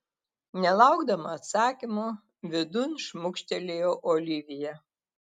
nelaukdama atsakymo vidun šmukštelėjo olivija